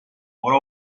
ora